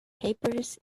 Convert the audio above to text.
papers